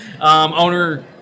Owner